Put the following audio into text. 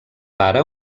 pare